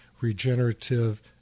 regenerative